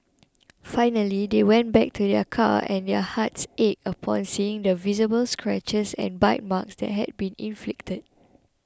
finally they went back to their car and their hearts ached upon seeing the visible scratches and bite marks that had been inflicted